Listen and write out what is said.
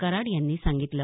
कराड यांनी सांगितलं